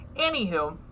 Anywho